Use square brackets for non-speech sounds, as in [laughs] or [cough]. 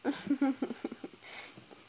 [laughs]